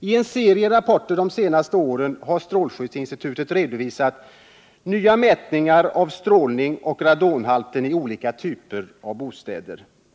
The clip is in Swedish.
I en serie rapporter de senaste åren har strålskyddsinstitutet redovisat nya mätningar av strålningen och radonhalten i olika typer av bostäder.